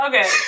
okay